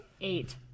Eight